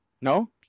No